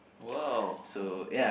!wow! oh okay